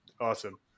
awesome